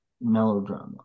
melodrama